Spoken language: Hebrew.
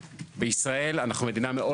ישראל היא מדינה מאוד אורבנית.